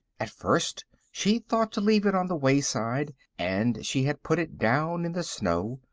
at first she thought to leave it on the wayside and she had put it down in the snow,